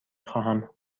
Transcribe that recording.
خواهم